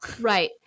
Right